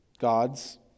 Gods